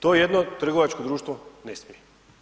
To jedno trgovačko društvo ne smije.